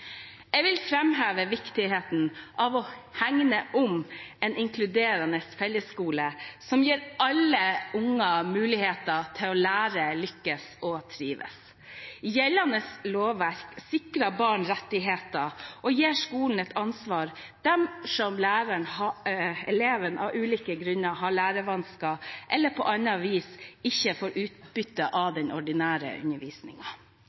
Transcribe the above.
Jeg vil framheve viktigheten av å hegne om en inkluderende fellesskole som gir alle barn muligheter til å lære, lykkes og trives. Gjeldende lovverk sikrer barn rettigheter og gir skolen et ansvar dersom eleven av ulike grunner har lærevansker, eller på annet vis ikke får utbytte av